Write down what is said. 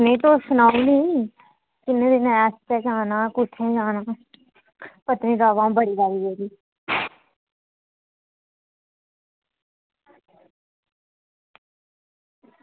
नेईं तुस सनाई किन्ने दिन आस्तै जाना कुत्थें जाना पत्नीटॉप अं'ऊ बड़ी बारी गेदी